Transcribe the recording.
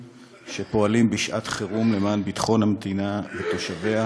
אנחנו עוברים עכשיו לחוק האחרון, לא, יש עוד אחד.